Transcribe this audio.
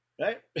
right